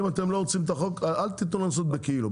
אם אתם לא רוצים את החוק אל תתנו לנו לעשות בכאילו,